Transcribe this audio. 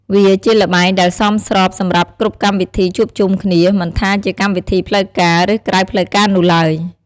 វាជាល្បែងដែលសមស្របសម្រាប់គ្រប់កម្មវិធីជួបជុំគ្នា មិនថាជាកម្មវិធីផ្លូវការ ឬក្រៅផ្លូវការនោះឡើយ។